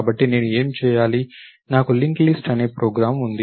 కాబట్టి నేను ఏమి చేయాలి నాకు లింక్లిస్ట్ అనే ప్రోగ్రామ్ ఉంది